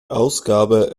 ausgabe